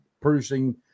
producing